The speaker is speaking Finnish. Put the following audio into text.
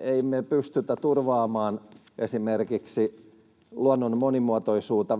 Ei me pystytä turvaamaan esimerkiksi luonnon monimuotoisuutta